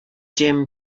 jim